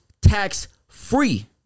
tax-free